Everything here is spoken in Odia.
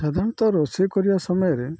ସାଧାରଣତଃ ରୋଷେଇ କରିବା ସମୟରେ